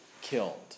killed